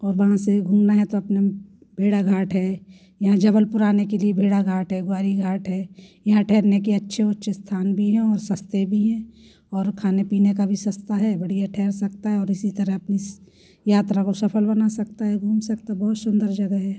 और वहाँ से घूमना है तो अपने भेड़ाघाट है यहाँ जबलपुर आने के लिए भेड़ाघाट है ग्वारीघाट है यहाँ ठहरने के अच्छे उच्च स्थान भी हैं और सस्ते भी हैं और खाने पीने का भी सस्ता है बढ़िया ठहर सकता है और इसी तरह अपनी यात्रा को सफल बना सकता है घूम सकता बहुत सुंदर जगह है